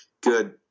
good